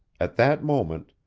at that moment,